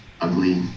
ugly